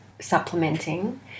supplementing